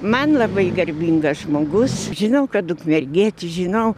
man labai garbingas žmogus žinau kad ukmergietis žinau